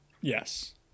Yes